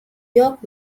york